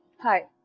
hi!